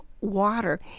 water